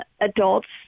adults